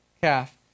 calf